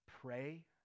Pray